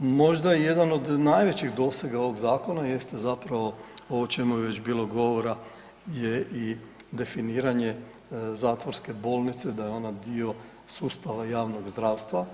Možda jedan od najvećih dosega ovoga zakona jest zapravo o čemu je već bilo govora je i definiranje zatvorske bolnice da je o na dio sustava javnog zdravstva.